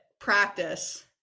practice